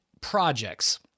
projects